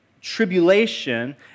tribulation